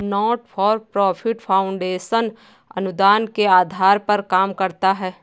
not for profit foundation अनुदान के आधार पर काम करता है